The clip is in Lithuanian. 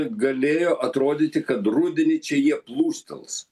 galėjo atrodyti kad rudenį čia jie plūstels